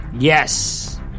Yes